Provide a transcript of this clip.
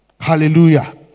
Hallelujah